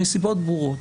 מסיבות ברורות.